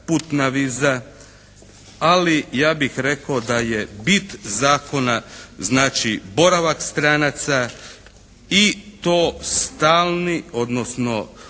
putna viza. Ali ja bih rekao da je bit zakona znači boravak stranaca i to stalni odnosno